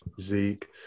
Zeke